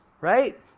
right